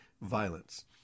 violence